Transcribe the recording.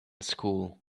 school